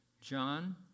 John